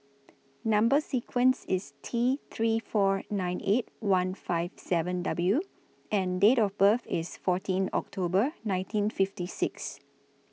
Number sequence IS T three four nine eight one five seven W and Date of birth IS fourteen October nineteen fifty six